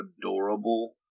adorable